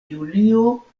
julio